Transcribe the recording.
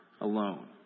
alone